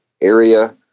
area